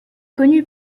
connu